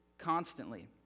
constantly